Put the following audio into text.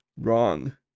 wrong